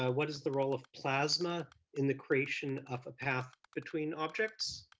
ah what is the role of plasma in the creation of a path between objects.